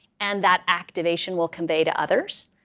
and that activation will convey to others.